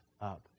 up